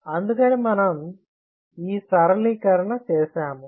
అందుకనే మనం ఈ సరళీకరణ చేసాము